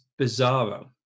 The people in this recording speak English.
Bizarro